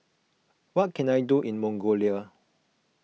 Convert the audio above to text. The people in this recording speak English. what can I do in Mongolia